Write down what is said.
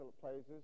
places